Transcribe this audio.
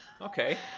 Okay